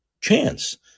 chance